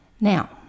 now